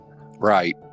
Right